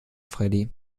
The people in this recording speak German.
freddy